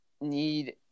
need